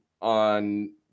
on